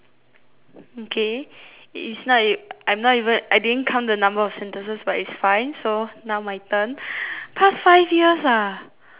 okay it's not even I'm not even I didn't count the number of sentences but it's fine so now my turn past five years ah !wah!